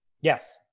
Yes